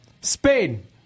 Spain